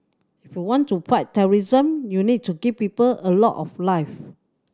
if you want to fight terrorism you need to give people a love of life